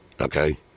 Okay